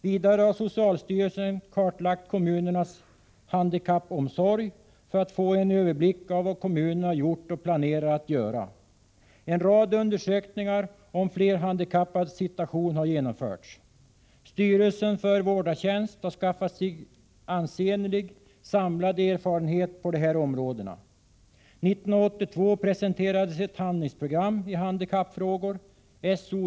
Vidare har socialstyrelsen kartlagt kommunernas handikappomsorg för att få en överblick av vad kommunerna har gjort och planerar att göra på området. En rad undersökningar av flerhandikappades situation har genomförts. Bl. a. har styrelsen för vårdartjänst skaffat sig en ansenlig samlad erfarenhet av dessa frågor. År 1982 presenterades Handlingsprogram i handikappfrågor .